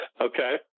Okay